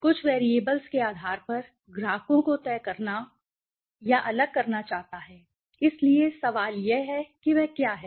कुछ वेरिएबल्स के आधार पर ग्राहकों को तय करना या अलग करना चाहता है इसलिए सवाल यह है वह क्या है